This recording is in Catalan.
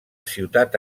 ciutat